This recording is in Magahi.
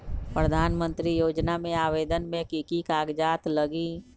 प्रधानमंत्री योजना में आवेदन मे की की कागज़ात लगी?